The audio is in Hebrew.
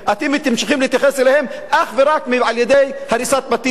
אתם ממשיכים להתייחס אליהם אך ורק על-ידי הריסת בתים.